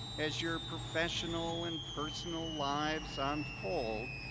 as your professional and personal lives ah unfold,